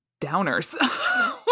downers